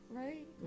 right